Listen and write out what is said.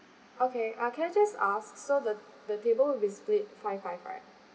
okay uh can I just ask so the the table will be split five five right